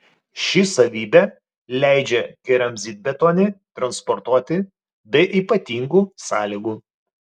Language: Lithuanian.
ši savybė leidžia keramzitbetonį transportuoti be ypatingų sąlygų